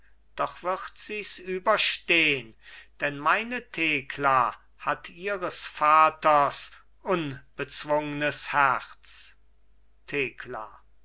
wird sies überstehn denn meine thekla hat ihres vaters unbezwungnes herz thekla